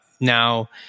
Now